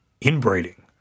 inbreeding